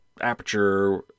aperture